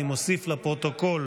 אני מוסיף לפרוטוקול